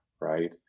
right